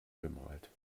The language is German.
bemalt